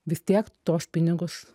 vis tiek tuos pinigus